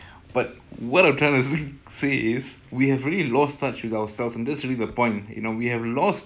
ya because we are too busy in our own head and it's just a